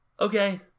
okay